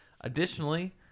Additionally